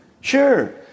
Sure